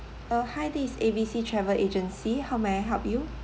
uh hi this is A_B_C travel agency how may I help you